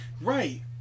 Right